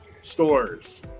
stores